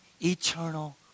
eternal